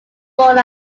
born